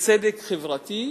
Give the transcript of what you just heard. וצדק חברתי,